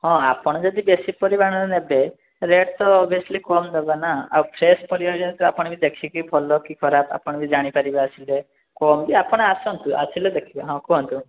ହଁ ଆପଣ ଯଦି ବେଶୀ ପରିମାଣରେ ନେବେ ରେଟ୍ ତ ଓଭିଅସ୍ଲି କମ୍ ଦେବା ନା ଆଉ ଫ୍ରେଶ୍ ପରିବା ଯେହେତୁ ଆପଣ ଦେଖିକି ଭଲ କି ଖରାପ ଆପଣ ବି ଜାଣି ପାରିବେ ଆସିଲେ କୁହନ୍ତୁ ଆପଣ ଆସନ୍ତୁ ଆସିଲେ ଦେଖିବା ହଁ କୁହନ୍ତୁ